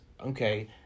okay